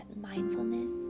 mindfulness